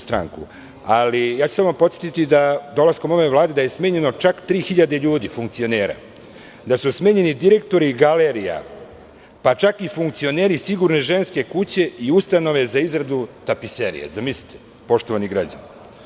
Samo ću podsetiti da je dolaskom ove Vlade smenjeno čak 3.000 ljudi funkcionera, da su smenjeni direktori galerija, pa čak i funkcioneri "Sigurne ženske kuće" i Ustanove za izradu tapiserije, zamislite poštovani građani.